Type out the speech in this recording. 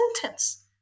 sentence